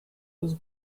was